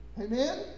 Amen